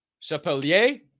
Chapelier